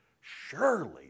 surely